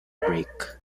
break